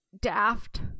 daft